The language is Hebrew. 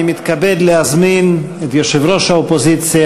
אני מתכבד להזמין את יושב-ראש האופוזיציה